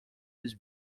this